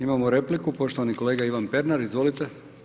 Imamo repliku, poštovani kolega Ivan Pernar, izvolite.